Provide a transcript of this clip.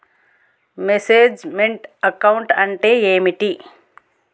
Manage meant account అంటే ఏమిటి?